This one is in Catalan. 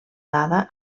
dada